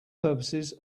purposes